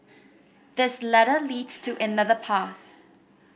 this ladder leads to another path